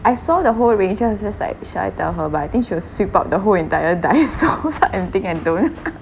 I saw the whole range then I was just like shall I tell her but I think she will sweep up the whole entire Daiso so I think I don't